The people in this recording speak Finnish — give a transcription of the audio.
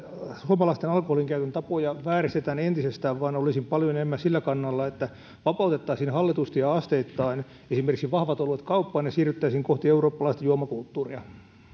suomalaisten alkoholinkäytön tapoja vääristetään entisestään vaan olisin paljon enemmän sillä kannalla että vapautettaisiin hallitusti ja asteittain esimerkiksi vahvat oluet kauppaan ja siirryttäisiin kohti eurooppalaista juomakulttuuria